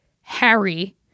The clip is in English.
Harry